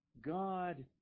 God